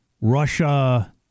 Russia